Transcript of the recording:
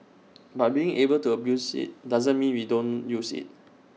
but being able to abuse IT doesn't mean we don't use IT